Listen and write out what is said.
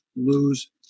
lose